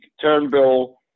Turnbull